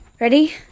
Ready